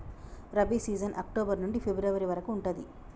rabi season October నుంచి February వరకు ఉంటది